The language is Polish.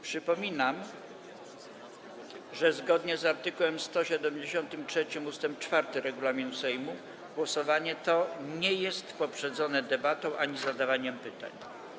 Przypominam, że zgodnie z art. 173 ust. 4 regulaminu Sejmu głosowanie to nie jest poprzedzone debatą ani zadawaniem pytań.